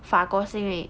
法国是因为